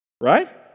right